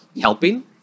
helping